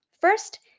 First